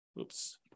oops